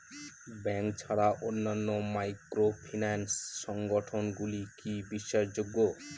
Bank ছাড়া অন্যান্য microfinance সংগঠন গুলি কি বিশ্বাসযোগ্য?